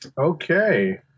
Okay